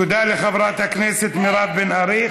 תודה לחברת הכנסת מירב בן ארי.